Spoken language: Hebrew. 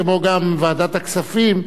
כמו גם ועדת הכספים,